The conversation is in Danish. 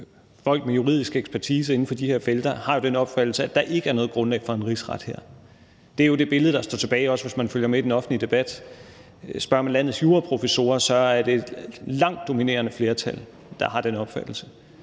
folk med juridisk ekspertise inden for de her felter er jo, at der ikke er noget grundlag for en rigsret her. Det er jo det billede, der står tilbage, også hvis man følger med i den offentlige debat. Spørger man landets juraprofessorer, er det det langt dominerende flertal, der har den opfattelse.